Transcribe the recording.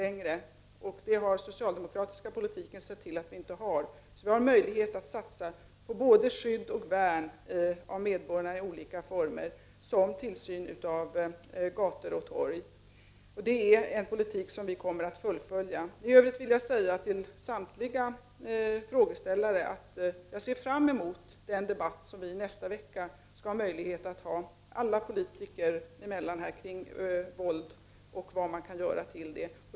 Det är den socialdemokratiska politiken som har sett till att vi inte har något sådant. Vi har möjlighet att satsa på olika former av både skydd och värn av medborgarna, exempelvis tillsyn av gator och torg. Det är den politik vi kommer att fullfölja. I övrigt vill jag till samtliga frågeställare säga att jag ser fram emot den debatt som vi skall ha i nästa vecka: en debatt för alla politiker om våld och vad man kan göra mot det.